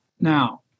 now